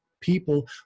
people